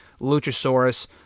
Luchasaurus